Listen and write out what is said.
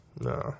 No